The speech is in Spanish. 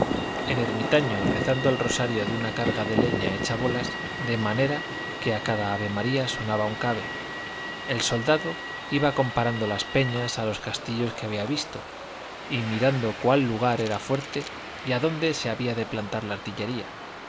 el ermitaño rezando el rosario de una carga de leña hecha bolas de manera que a cada avemaría sonaba un cabe el soldado iba comparando las peñas a los castillos que había visto y mirando cuál lugar era fuerte y a dónde se había de plantar la artillería